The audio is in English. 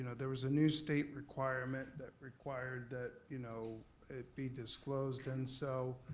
there was a new state requirement that required that you know it be disclosed. and so,